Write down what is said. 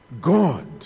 god